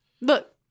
Look